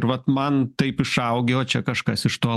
ir vat man taip išaugę o čia kažkas iš to